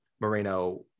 Moreno